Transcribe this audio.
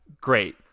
great